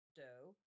dough